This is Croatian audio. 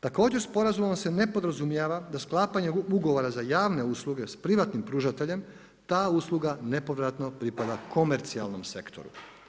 Također sporazumom se ne podrazumijeva da sklapanje ugovora za javne usluge s privatnim pružateljem ta usluga nepovratno pripada komercijalnom sektoru.